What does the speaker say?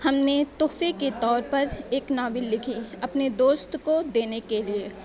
ہم نے تحفے کے طور پر ایک ناول لکھی اپنے دوست کو دینے کے لیے